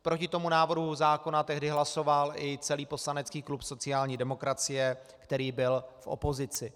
Proti návrhu zákona tehdy hlasoval i celý poslanecký klub sociální demokracie, který byl v opozici.